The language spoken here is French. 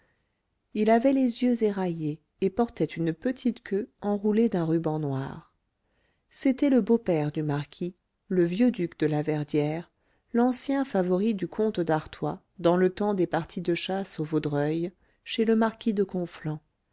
il avait les yeux éraillés et portait une petite queue enroulée d'un ruban noir c'était le beau-père du marquis le vieux duc de laverdière l'ancien favori du comte d'artois dans le temps des parties de chasse au vaudreuil chez le marquis de conflans